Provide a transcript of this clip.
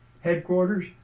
Headquarters